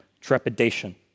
trepidation